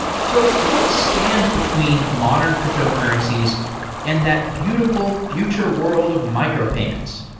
so what stands between modern cryptocurrencies and that beautiful future world of micropayments?